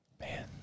Man